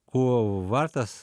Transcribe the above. ko vartas